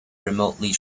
remotely